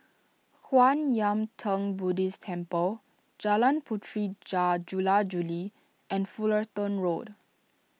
Kwan Yam theng Buddhist Temple Jalan Puteri Jar Jula Juli and Fullerton Road